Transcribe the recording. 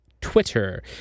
Twitter